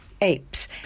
Apes